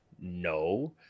No